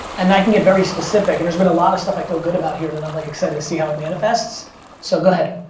and i can get very specific, and there's been a lot of stuff i feel good about here, and i'm like excited to see how it manifests, so go ahead.